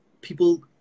people